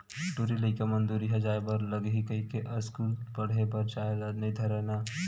टूरी लइका मन दूरिहा जाय बर लगही कहिके अस्कूल पड़हे बर जाय ल नई धरय ना